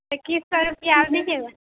اکیس سو روپیہ آپ دیجیے گا